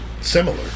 similar